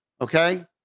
okay